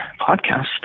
podcast